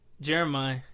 Jeremiah